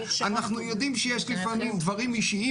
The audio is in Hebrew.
אנחנו יודעים שיש לפעמים דברים אישיים